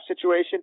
situation